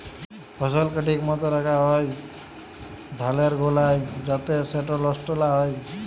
ফসলকে ঠিক মত রাখ্যা হ্যয় ধালের গলায় যাতে সেট লষ্ট লা হ্যয়